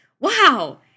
Wow